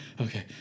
okay